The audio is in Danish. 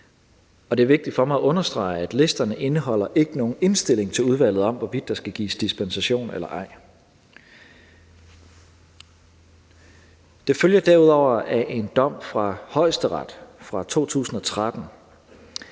det er vigtigt for mig at understrege, at listerne ikke indeholder nogen indstilling til udvalget om, hvorvidt der skal gives dispensation eller ej. Det følger derudover af en dom fra Højesteret fra 2013,